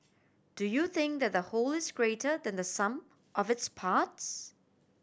do you think that the whole is greater than the sum of its parts